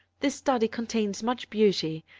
this study contains much beauty,